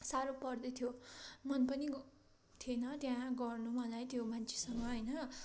साह्रो पर्द थियो मन पनि थिएन त्यहाँ गर्नु मलाई त्यो मन्छेसँग होइन